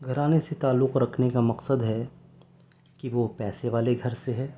گھرانے سے تعلق رکھنے کا مقصد ہے کہ وہ پیسے والے گھر سے ہے